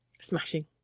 Smashing